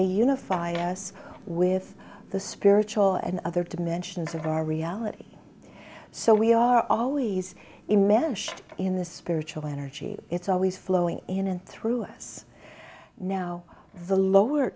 they unify us with the spiritual and other dimensions of our reality so we are always in mesh in the spiritual energy it's always flowing in and through us now the lower